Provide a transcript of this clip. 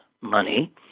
money